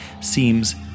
seems